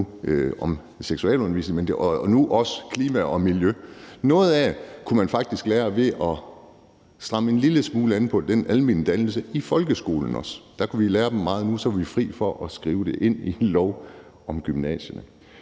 om seksualundervisning og nu også klima og miljø. Noget af det kunne man faktisk lære ved at stramme en lille smule op på den almene dannelse i folkeskolen også. Der kunne vi lære dem meget nu; så var vi fri for at skrive det ind i en lov om gymnasierne.